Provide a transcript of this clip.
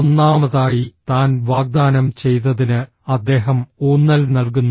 ഒന്നാമതായി താൻ വാഗ്ദാനം ചെയ്തതിന് അദ്ദേഹം ഊന്നൽ നൽകുന്നു